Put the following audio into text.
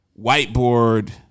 Whiteboard